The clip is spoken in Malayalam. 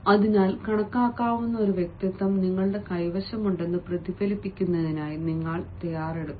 അതിനാൽ കണക്കാക്കാവുന്ന ഒരു വ്യക്തിത്വം നിങ്ങളുടെ കൈവശമുണ്ടെന്ന് പ്രതിഫലിപ്പിക്കുന്നതിനായി നിങ്ങൾ തയ്യാറെടുക്കുന്നു